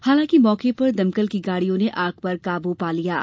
हालांकि मौके पर दमकल की गाड़ियों ने आग पर काबू पा लिया है